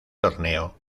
torneo